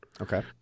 okay